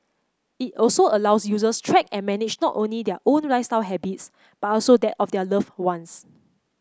it also allows users track and manage not only their own lifestyle habits but also that of their love ones